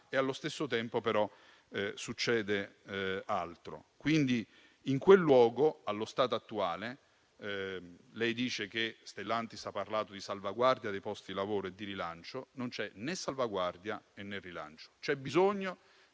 e allo stesso tempo però succede altro. In quel luogo, allo stato attuale, anche se lei dice che Stellantis ha parlato di salvaguardia dei posti di lavoro e di rilancio, non c'è né salvaguardia né rilancio. C'è bisogno